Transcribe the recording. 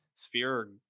sphere